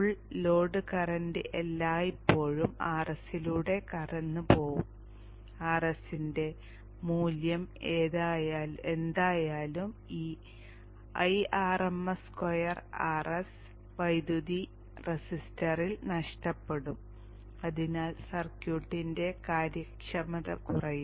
full load current എല്ലായ്പ്പോഴും Rs ലൂടെ കടന്നുപോകും Rs ന്റെ മൂല്യം എന്തായാലും ഈ Irms2Rs വൈദ്യുതി റെസിസ്റ്ററിൽ നഷ്ടപ്പെടും അതിനാൽ സർക്യൂട്ടിന്റെ കാര്യക്ഷമത കുറയും